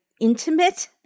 intimate